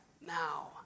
now